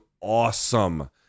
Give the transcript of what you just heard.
awesome